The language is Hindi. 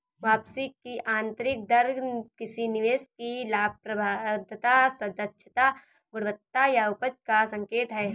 वापसी की आंतरिक दर किसी निवेश की लाभप्रदता, दक्षता, गुणवत्ता या उपज का संकेत है